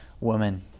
woman